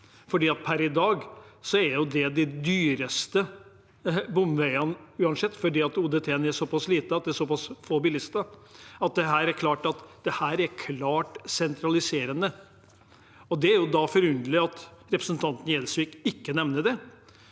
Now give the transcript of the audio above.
på. Per i dag er jo det de dyreste bomveiene uansett fordi ÅDT-en er såpass liten da det er såpass få bilister. Det er klart at dette er klart sentraliserende. Det er da forunderlig at representanten Gjelsvik ikke nevner det